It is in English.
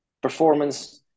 performance-